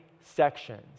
sections